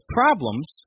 problems